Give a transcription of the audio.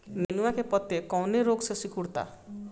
नेनुआ के पत्ते कौने रोग से सिकुड़ता?